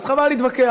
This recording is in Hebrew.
אז חבל להתווכח,